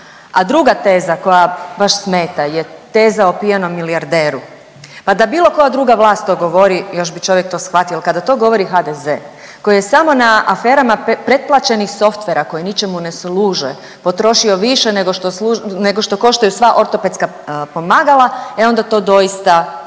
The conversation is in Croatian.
A druga teza koja baš smeta je teza o pijanom milijarderu. Pa da bilo koja druga svast to govori, još bi čovjek to shvatio, ali kada to govori HDZ koji je samo na aferama pretplaćenih softvera koji ničemu ne služe potrošio više nego što koštaju sva ortopedska pomagala, e onda to doista